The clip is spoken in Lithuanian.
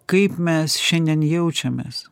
kaip mes šiandien jaučiamės